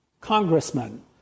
congressman